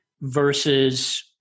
versus